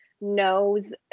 knows